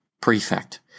prefect